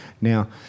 Now